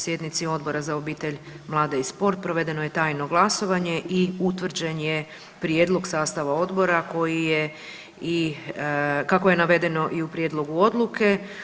Sjednici Odbora za obitelj, mlade i sport provedeno je tajno glasovanje i utvrđen je prijedlog sastava odbora kako je i navedeno u prijedlogu odluke.